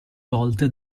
volte